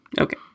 Okay